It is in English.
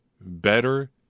better